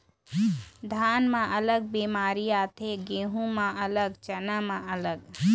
धान म अलग बेमारी आथे, गहूँ म अलग, चना म अलग